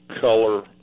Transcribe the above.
color